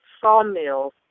sawmills